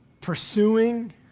pursuing